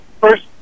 first